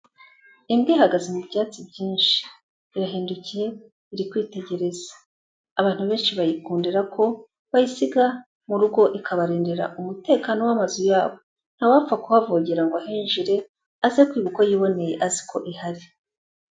Imbwa ihagaze mu byatsi byinshi. Irahindukiye, iri kwitegereza. Abantu benshi bayikundira ko bayisiga mu rugo, ikabarindira umutekano w'amazu yabo. Ntawapfa kuhavogera ngo ahinjire aze kwiba uko yiboneye, azi ko ihari.